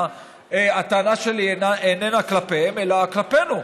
הטענה שלי איננה כלפיהם אלא כלפינו,